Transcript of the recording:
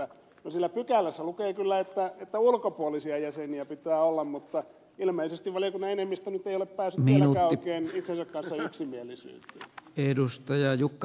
no siellä pykälässä lukee kyllä että ulkopuolisia jäseniä pitää olla mutta ilmeisesti valiokunnan enemmistö nyt ei ole päässyt vieläkään oikein itsensä kanssa yksimielisyyteen